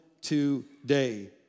today